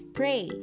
pray